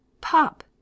Pop